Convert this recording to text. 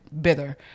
bitter